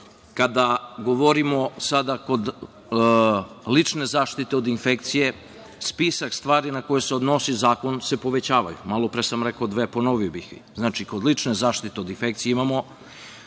kada govorimo sada o ličnoj zaštiti od infekcije spisak stvari na koje se odnosi zakon se povećava. Malopre sam rekao dve, ponovio bih ih. Znači, kod lične zaštite od infekcije imamo